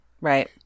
Right